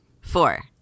Four